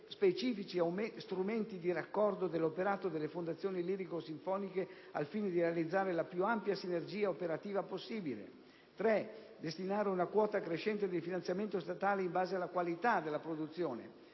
specifici strumenti di raccordo dell'operato delle fondazioni lirico-sinfoniche al fine di realizzare la più ampia sinergia operativa possibile; destinare una quota crescente del finanziamento statale in base alla qualità della produzione;